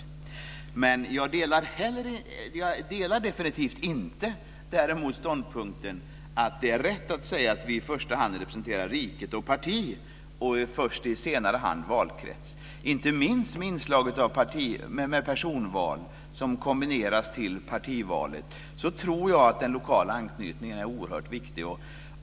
För det andra delar jag däremot definitivt inte ståndpunkten att det är rätt att säga att vi i första hand representerar riket och partiet, och först i senare hand valkretsen. Inte minst i och med inslaget av personval, som kombineras med partivalet, så tror jag att den lokala anknytningen är oerhört viktig.